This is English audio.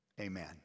Amen